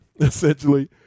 essentially